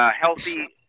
healthy –